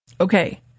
Okay